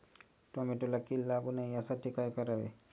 टोमॅटोला कीड लागू नये यासाठी काय करावे?